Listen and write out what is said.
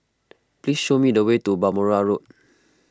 please show me the way to Balmoral Road